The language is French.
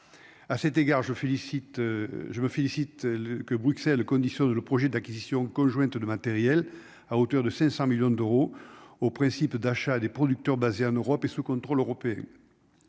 je félicite, je me félicite que Bruxelles condition de le projet d'acquisition conjointe de matériel à hauteur de 500 millions d'euros au principe d'achat des producteurs basés en Europe et sous contrôle européen,